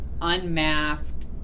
unmasked